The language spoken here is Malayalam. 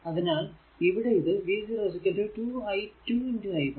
അതിനാൽ ഇവിടെ ഇത് v0 2 i2 i 1